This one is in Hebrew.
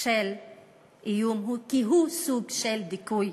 של איום, כי הוא סוג של דיכוי.